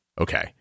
Okay